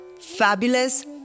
Fabulous